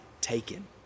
taken